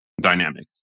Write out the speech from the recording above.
dynamic